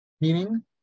Meaning